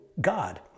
God